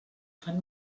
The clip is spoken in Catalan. fan